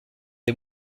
des